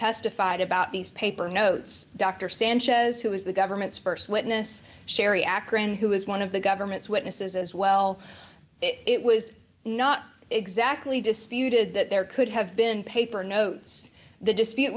testified about these paper notes dr sanchez who is the government's st witness sherry akron who was one of the government's witnesses as well it was not exactly disputed that there could have been paper notes the dispute